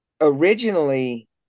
originally